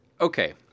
okay